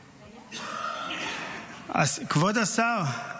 אז כבוד השר,